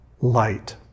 light